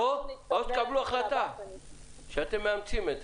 אנחנו נתכוונן לדיון הבא --- או שתקבלו החלטה שאתם מאמצים את